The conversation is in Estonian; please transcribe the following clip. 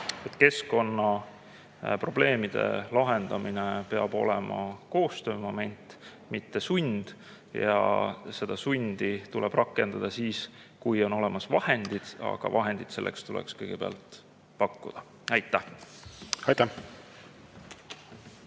keskkonnaprobleemide lahendamine peab olema koostöömoment, mitte sund. Sundi tuleb rakendada siis, kui on olemas vahendid, aga vahendid selleks tuleks kõigepealt pakkuda. Aitäh!